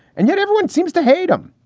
and yet everyone seems to hate him.